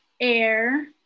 air